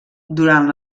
durant